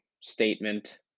statement